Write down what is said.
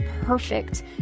perfect